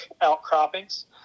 outcroppings